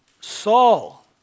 Saul